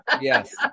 Yes